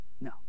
No